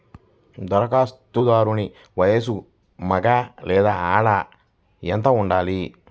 ధరఖాస్తుదారుని వయస్సు మగ లేదా ఆడ ఎంత ఉండాలి?